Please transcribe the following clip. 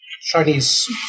Chinese